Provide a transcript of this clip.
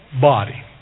Body